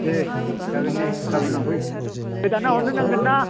दे जागोन दे गाबोन लांफै गोदाना हरनो नांगोनना